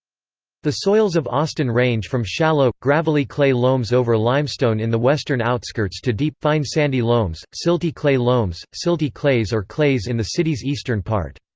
the soils of austin range from shallow, gravelly clay loams over limestone in the western outskirts to deep, fine sandy loams, silty clay loams, silty clays or clays in the city's eastern part.